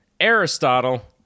aristotle